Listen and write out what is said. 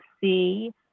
see